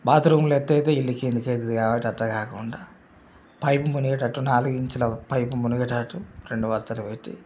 బాతురూమ్లు ఎత్తు అయితే ఇల్లు కిందకి అయితుంది కాబట్టి అట్టా కాకుండా పైపు మునిగేటట్టు నాలుగు ఇంచుల పైపు మునిగేటట్టు రెండు వరసలు పెట్టి